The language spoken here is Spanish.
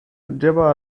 lleva